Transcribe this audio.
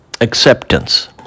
acceptance